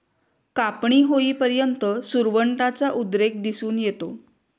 कापणी होईपर्यंत सुरवंटाचा उद्रेक दिसून येतो